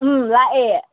ꯎꯝ ꯂꯥꯛꯑꯦ